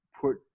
put